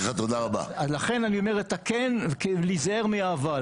ולכן אני אומר את הכן ולהיזהר מהאבל.